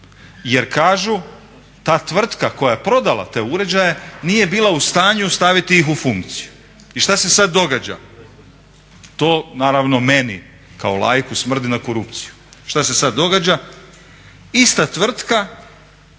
Jer kažu ta tvrtka koja je prodala te uređaje nije bila u stanju staviti ih u funkciju. I šta se sada događa, to naravno meni kao laiku smrdi na korupciju. Šta se sada događa? Ista tvrtka